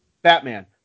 batman